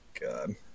god